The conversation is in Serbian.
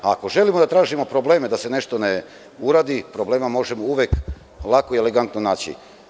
Ako želimo da tražimo probleme da se nešto ne uradi, problema uvek možemo lako i elegantno naći.